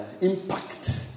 impact